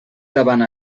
davant